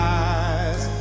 eyes